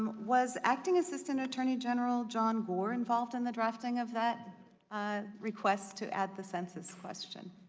was acting assistant attorney general john warren involved in the drafting of that ah request to add the census question?